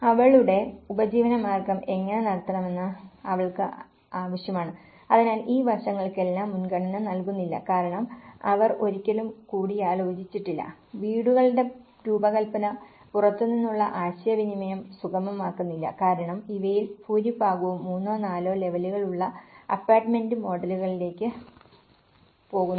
അവളുടെ ഉപജീവനമാർഗം എങ്ങനെ നടത്തണമെന്ന് അവൾക്ക് ആവശ്യമാണ് അതിനാൽ ഈ വശങ്ങൾക്കെല്ലാം മുൻഗണന നൽകുന്നില്ല കാരണം അവർ ഒരിക്കലും കൂടിയാലോചിച്ചിട്ടില്ല വീടുകളുടെ രൂപകൽപന പുറത്തുനിന്നുള്ള ആശയവിനിമയം സുഗമമാക്കുന്നില്ല കാരണം ഇവയിൽ ഭൂരിഭാഗവും മൂന്നോ നാലോ ലെവലുകൾ ഉള്ള അപ്പാർട്ട്മെന്റ് മോഡലുകളിലേക്ക് പോകുന്നു